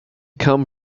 come